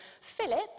Philip